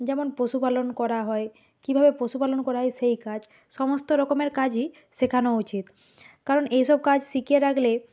যেমন পশুপালন করা হয় কীভাবে পশুপালন করা হয় সেই কাজ সমস্ত রকমের কাজই শেখানো উচিত কারণ এইসব কাজ শিখে রাখলে